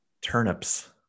Turnips